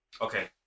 okay